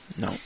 No